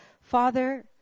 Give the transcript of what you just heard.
Father